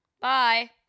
Bye